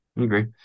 agree